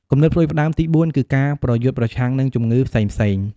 គំនិតផ្តួចផ្តើមទីបួនគឺការប្រយុទ្ធប្រឆាំងនឹងជំងឺផ្សេងៗ។